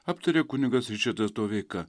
aptarė kunigas ričardas doveika